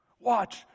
Watch